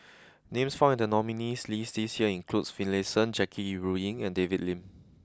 names found in the nominees' list this year include Finlayson Jackie Yi Ru Ying and David Lim